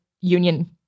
union